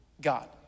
God